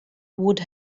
would